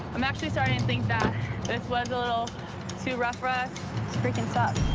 i'm actually starting to think that this was a little too rough for us. this freaking sucks.